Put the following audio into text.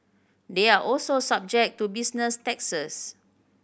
they are also subject to business taxes